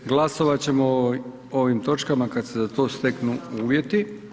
Glasovat će ovim točkama kad se za to steknu uvjeti.